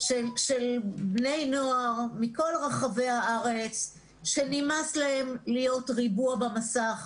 של בני נוער מכל רחבי הארץ שנמאס להם להיות ריבוע במסך.